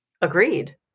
Agreed